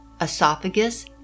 esophagus